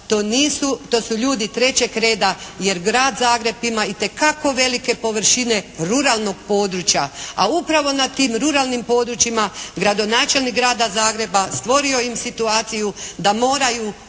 to su ljudi trećeg reda jer grad Zagreb ima itekako velike površine ruralnog područja. A upravo na tim ruralnim područjima gradonačelnik grada Zagreba stvorio im situaciju da moraju otići i